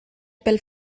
pel